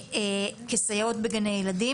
כסייעות בגני ילדים,